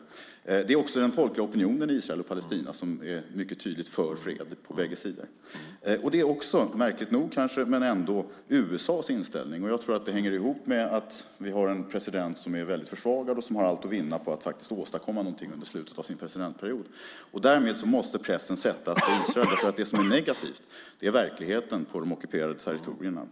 Positivt är också att den folkliga opinionen i Israel och Palestina mycket tydligt är för fred på bägge sidor. Märkligt nog är även USA:s inställning positiv, och jag tror att det hänger ihop med att vi har en president som är väldigt försvagad och som har allt att vinna på att faktiskt åstadkomma någonting under slutet av sin presidentperiod. Därmed måste pressen sättas på Israel. Det som är negativt är verkligheten på de ockuperade territorierna.